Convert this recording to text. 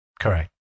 Correct